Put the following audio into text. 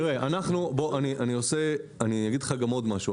אני אומר לך עוד משהו.